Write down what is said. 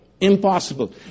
Impossible